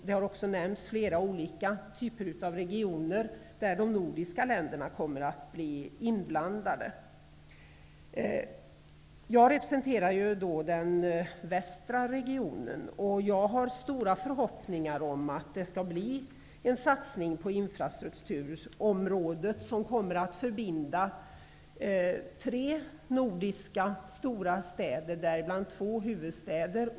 Man har också nämnt flera typer av regioner som kommer att beröra de nordiska länderna. Jag representerar den västra regionen, och jag har stora förhoppningar om att det skall bli en satsning på infrastrukturområdet som på ett bättre sätt kommer att förbinda tre stora nordiska städer, däribland två huvudstäder.